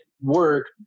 work